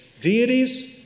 deities